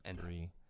Three